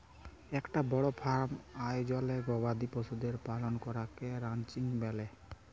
একটা বড় ফার্ম আয়জলে গবাদি পশুদের পালন করাকে রানচিং ব্যলে